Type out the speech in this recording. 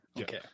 Okay